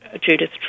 Judith